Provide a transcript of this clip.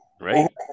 Right